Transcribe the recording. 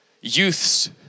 youth's